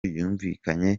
yumvikanye